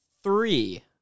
three